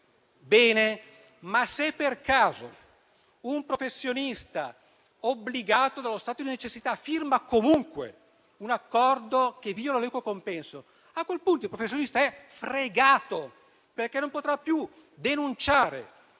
Se per caso però un professionista, obbligato dallo stato di necessità, firma comunque un accordo che viola l'equo compenso, a quel punto è fregato, perché non potrà più denunciare